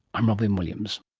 i'm robyn williams